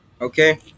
Okay